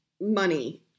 money